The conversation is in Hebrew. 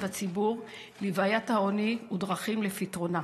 הציבור לבעיית העוני ולדרכים לפתרונה.